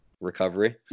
recovery